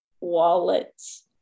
wallets